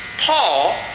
Paul